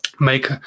make